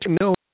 no